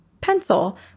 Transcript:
pencil